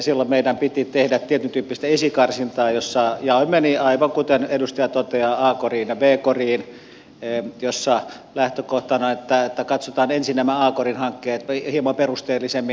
silloin meidän piti tehdä tietyntyyppistä esikarsintaa jossa jaoimme aivan kuten edustaja toteaa a koriin ja b koriin ja jossa katsotaan ensin nämä a korin hankkeet hieman perusteellisemmin